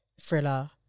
Thriller